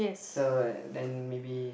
so like then maybe